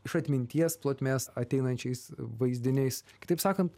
iš atminties plotmės ateinančiais vaizdiniais kitaip sakant